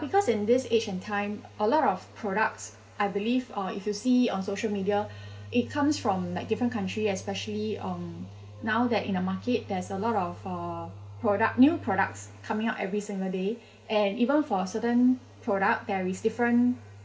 because in this age and time a lot of products I believe uh if you see on social media it comes from like different country especially um now that in the market there's a lot of uh product new products coming out every single day and even for certain product there is different